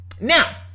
Now